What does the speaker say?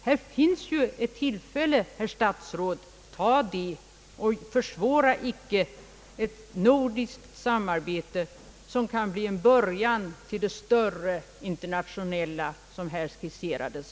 Här finns ju ett tillfälle, herr statsråd — ta det och försvåra inte ett nordiskt samarbete, som kan bli en början till det större internationella som här skisserats!